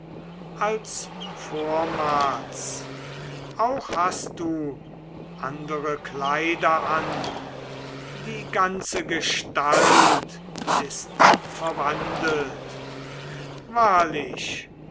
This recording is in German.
als vormals auch hast du andere kleider an die ganze gestalt ist verwandelt wahrlich